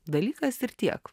dalykas ir tiek